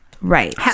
Right